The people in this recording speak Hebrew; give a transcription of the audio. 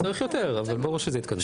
צריך יותר, אבל ברור שזו התקדמות.